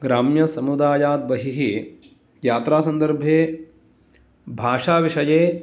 ग्राम्यसमुदायात् बहिः यात्रा सन्दर्भे भाषाविषये